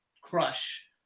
crush